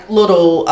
little